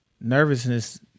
Nervousness